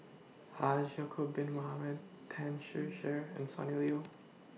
Haji Ya'Acob Bin Mohamed Tan Ser Cher and Sonny Liew